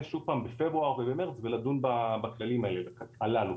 שוב פעם בפברואר ובמרץ ולדון בכללים הללו.